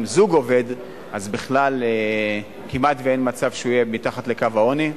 אם זוג עובד אז בכלל כמעט אין מצב שהוא יהיה מתחת לקו העוני,